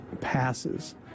passes